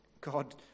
God